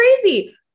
crazy